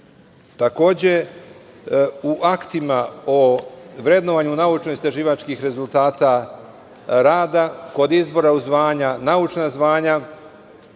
u aktima o vrednovanju naučno-istraživačkih rezultata rada, kod izbora u naučna zvanja,